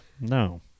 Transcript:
No